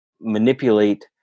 manipulate